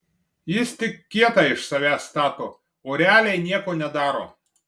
jis tik kietą iš savęs stato o realiai nieko nedaro